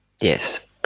Yes